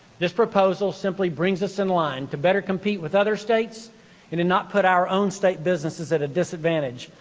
this proposal simply brings us in line to better compete with other states and to and not put our own state businesses at a disadvantage,